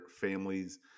families